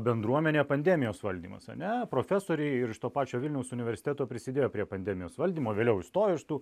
bendruomenė pandemijos valdymas ar ne profesoriai ir iš to pačio vilniaus universiteto prisidėjo prie pandemijos valdymo vėliau išstojo iš tų